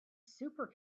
super